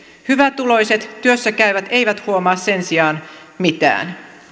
hyvätuloiset työssä käyvät eivät huomaa sen sijaan mitään